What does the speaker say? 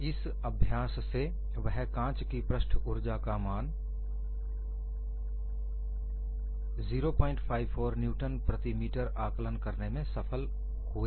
इस अभ्यास से वह कांच की पृष्ठ ऊर्जा का मान 054 न्यूटन प्रति मीटर आकलन करने में सफल हुए